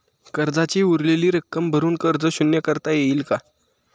कर्जाची उरलेली रक्कम भरून कर्ज शून्य करता येईल का?